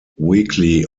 weekly